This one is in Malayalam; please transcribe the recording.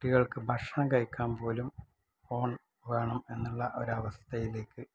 കുട്ടികള്ക്ക് ഭഷ്ണം കഴിക്കാന് പോലും ഫോണ് വേണം എന്നുള്ള ഒരവസ്ഥയിലേക്ക്